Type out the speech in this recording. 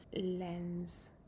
lens